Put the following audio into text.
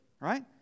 right